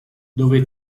dove